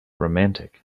romantic